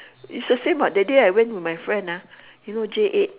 it's the same what that day I went with my friend ah you know j-eight